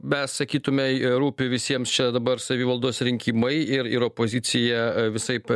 mes sakytume rūpi visiems čia dabar savivaldos rinkimai ir ir opozicija visaip